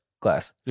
class